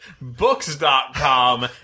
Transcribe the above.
books.com